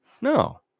No